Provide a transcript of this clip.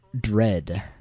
Dread